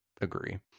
agree